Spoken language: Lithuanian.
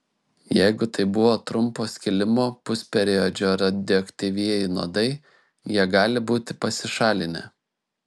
jeigu tai buvo trumpo skilimo pusperiodžio radioaktyvieji nuodai jie gali būti pasišalinę